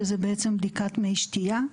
שזה בעצם בדיקת מי שתייה,